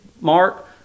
Mark